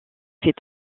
fait